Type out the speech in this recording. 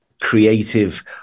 creative